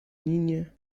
niña